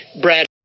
Brad